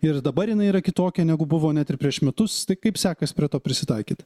ir dabar jinai yra kitokia negu buvo net ir prieš metus tai kaip sekas prie to prisitaikyt